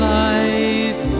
life